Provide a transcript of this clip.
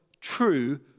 true